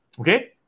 Okay